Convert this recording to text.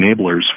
enablers